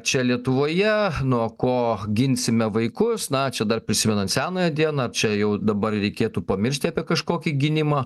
čia lietuvoje nuo ko ginsime vaikus na čia dar prisimenan senąją dieną čia jau dabar reikėtų pamiršti apie kažkokį gynimą